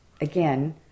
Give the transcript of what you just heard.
again